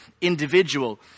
individual